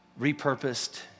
repurposed